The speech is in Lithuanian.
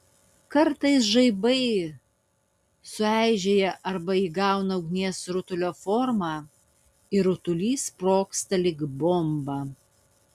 kartais žaibai sueižėja arba įgauna ugnies rutulio formą ir rutulys sprogsta lyg bomba